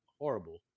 horrible